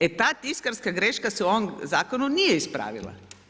E ta tiskarska greška se u ovom zakonu nije ispravila.